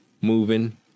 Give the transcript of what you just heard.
moving